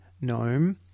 gnome